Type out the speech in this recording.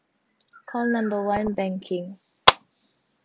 call number one banking